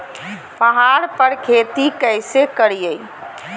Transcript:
पहाड़ पर खेती कैसे करीये?